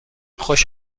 خوش